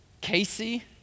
Casey